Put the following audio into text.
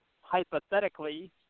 hypothetically